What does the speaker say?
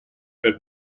per